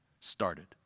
started